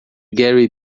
gary